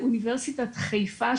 באוניברסיטת חיפה,